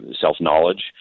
self-knowledge